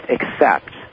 accept